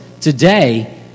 today